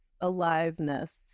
aliveness